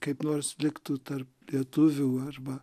kaip nors liktų tarp lietuvių arba